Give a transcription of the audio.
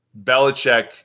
Belichick